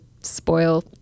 spoil